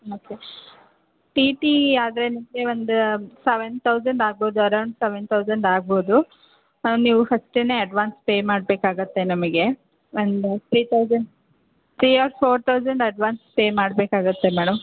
ಮತ್ತೆ T T ಆದರೆ ಮುಂಚೆ ಒಂದು ಸೆವೆನ್ ತೌಸಂಡ್ ಆಗಬೋದು ಅರೌಂಡ್ ಸೆವೆನ್ ತೌಸಂಡ್ ಆಗಬೋದು ಹಾಂ ನೀವು ಫಸ್ಟೆನೆ ಅಡ್ವಾನ್ಸ್ ಪೇ ಮಾಡಬೇಕಾಗುತ್ತೆ ನಮಗೆ ಒಂದು three thousand three or four thousand advance pay ಮಾಡಬೇಕಾಗುತ್ತೆ ಮೇಡಂ